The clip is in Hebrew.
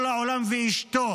כל העולם ואשתו